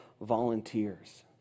volunteers